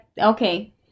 okay